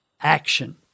action